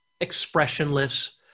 expressionless